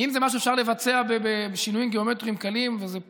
אם זה משהו שאפשר לבצע בשינויים גיאומטריים קלים וזה יקל,